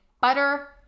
butter